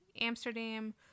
Amsterdam